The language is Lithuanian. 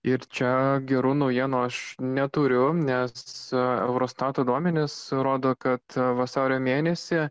ir čia gerų naujienų aš neturiu nes eurostato duomenys rodo kad vasario mėnesį